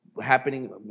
happening